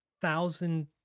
thousand